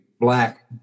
black